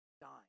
dying